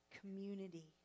community